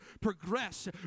progress